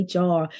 HR